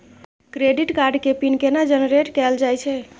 Credit card के pin केना generate कैल जाए छै?